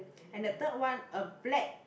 and the third one a black